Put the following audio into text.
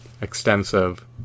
extensive